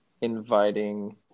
inviting